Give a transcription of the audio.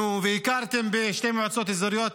נו, והכרתם בשתי מועצות אזוריות,